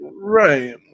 Right